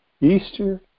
Easter